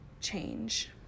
change